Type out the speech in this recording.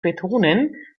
betonen